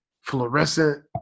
Fluorescent